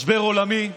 משבר עולמי.